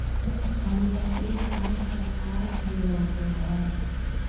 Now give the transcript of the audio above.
संपत्ति पांच प्रकार के होबो हइ